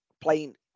playing